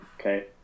Okay